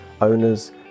owners